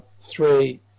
three